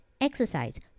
Exercise